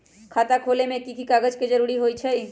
खाता खोले में कि की कागज के जरूरी होई छइ?